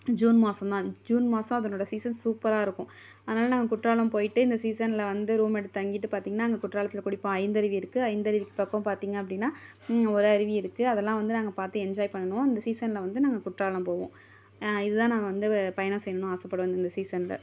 June மாசம் தான் June மாதம் அதனோட சீசன் சூப்பராகருக்கும் ஆனாலும் நாங்கள் குற்றாலம் போயிட்டு இந்த சீசனில் வந்து ரூம் எடுத்து தங்கிவிட்டு பார்த்திங்ன்னா அங்கே குற்றாலத்தில் குளிப்போம் ஐந்தருவி இருக்கு ஐந்தருவி பக்கம் பார்த்திங்க அப்படினா ஒரு அருவி இருக்கு அதெல்லாம் வந்து நாங்கள் பார்த்து என்ஜாய் பண்ணுவோம் அந்த சீசனில் வந்து நாங்கள் குற்றாலம் போவோம் இது தான் நாங்கள் வந்து பயணம் செய்யணும்ன்னு ஆச படுவோம் இந்த சீசனில்